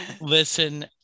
listen